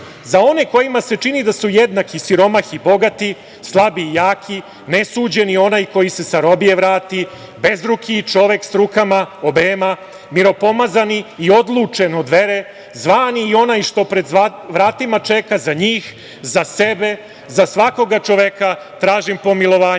za one kojima se čini da su jednaki, siromašni, bogati, slabi, jaki, nesuđeni onaj koji se sa robije vrati, bezruki i čovek sa rukama obema, miropomazani i odlučen od vere, zvani i onaj što pred vratima čeka, za njih, za sebe, za svakog čoveka tražim pomilovanje,